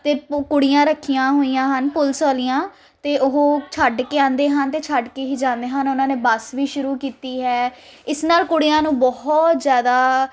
ਅਤੇ ਪੁ ਕੁੜੀਆਂ ਰੱਖੀਆਂ ਹੋਈਆਂ ਹਨ ਪੁਲਿਸ ਵਾਲੀਆਂ ਅਤੇ ਉਹ ਛੱਡ ਕੇ ਆਉਂਦੇ ਹਨ ਅਤੇ ਛੱਡ ਕੇ ਹੀ ਜਾਂਦੇ ਹਨ ਉਹਨਾਂ ਨੇ ਬੱਸ ਵੀ ਸ਼ੁਰੂ ਕੀਤੀ ਹੈ ਇਸ ਨਾਲ ਕੁੜੀਆਂ ਨੂੰ ਬਹੁਤ ਜ਼ਿਆਦਾ